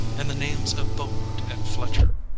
and the names of beaumont and fletcher,